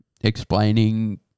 explaining